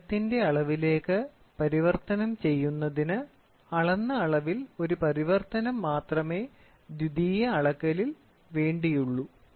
നീളത്തിന്റെ അളവിലേക്ക് പരിവർത്തനം ചെയ്യുന്നതിന് അളന്ന അളവിൽ ഒരു പരിവർത്തനം മാത്രമേ ദ്വിതീയ അളക്കലിൽ വേണ്ടിയുള്ളൂ